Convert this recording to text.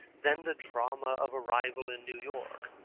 then the drama of arrival in new york.